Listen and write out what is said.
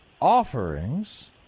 offerings